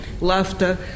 laughter